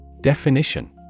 Definition